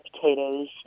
potatoes